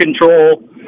control